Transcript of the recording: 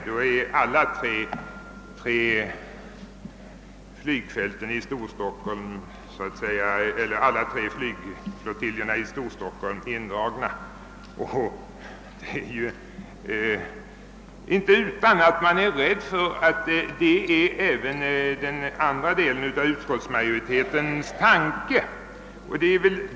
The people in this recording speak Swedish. Då är alla tre flygflottiljerna i Storstockholm indragna, och det är inte utan att man är rädd för att det är tanken även hos den andra delen av utskottsmajoriteten.